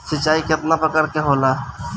सिंचाई केतना प्रकार के होला?